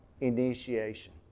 initiation